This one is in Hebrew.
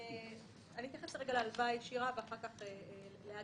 אני אתייחס קודם כל להלוואה הישירה ואחר כך לאג"חים.